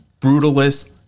brutalist